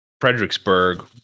Fredericksburg